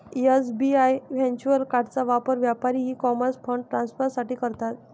SBI virtual कार्डचा वापर व्यापारी ई कॉमर्स फंड ट्रान्सफर साठी करतात